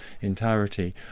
entirety